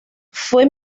fue